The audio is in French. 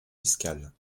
fiscal